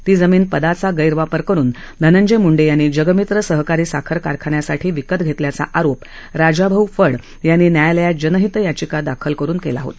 ती जमीन पदाचा गैरवापर करुन धनंजय मुंडे यांनी जगमित्र सहकारी साखर कारखान्यासाठी विकत घेतल्याचा आरोप करत राजाभाऊ फड यांनी न्यायालयात जनहित याचिका दाखल केली होती